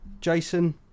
Jason